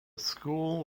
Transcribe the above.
school